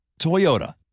Toyota